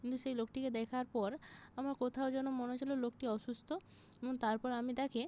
কিন্তু সেই লোকটিকে দেখার পর আমার কোথাও যেন মনে হয়েছিল লোকটি অসুস্থ এবং তারপর আমি তাকে